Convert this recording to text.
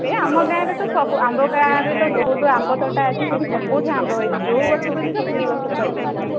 ଏ ଆମ ଗାଁ'ରେ ତ ସବୁ ଆମ ଗାଁ'ରେ ତ ବହୁତ ଆମ୍ବ ତୋଟା ଅଛି ସେଠି ସବୁଠି ଆମ୍ବ ହେଇଛି ଯୋଉ ଗଛକୁ ଯିବା ସେଇ ଗଛରୁ ଧରିକି ଆସିବା